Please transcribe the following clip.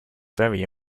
very